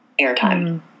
airtime